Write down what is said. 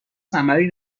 ثمری